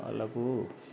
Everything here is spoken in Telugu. వాళ్ళకు